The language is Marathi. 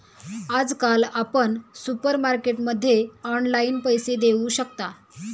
आजकाल आपण सुपरमार्केटमध्ये ऑनलाईन पैसे देऊ शकता